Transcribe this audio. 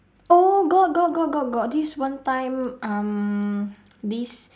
oh got got got got got this one time um this